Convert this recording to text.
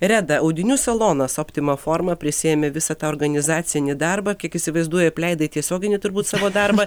reda audinių salonas optima forma prisiėmė visą tą organizacinį darbą įsivaizduoju apleidai tiesioginį turbūt savo darbą